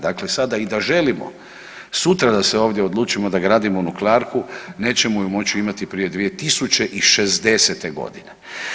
Dakle, sada i da želimo, sutra da se ovdje odlučimo da gradimo nuklearku nećemo je moći imati prije 2060. godine.